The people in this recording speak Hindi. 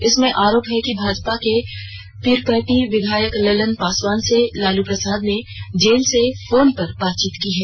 इसमें आरोप लगाया है कि भाजपा के पीरपैंती विधायक ललन पासवान से लालू प्रसाद ने जेल से फोन पर बातचीत की है